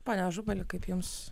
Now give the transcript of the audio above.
pone ažubali kaip jums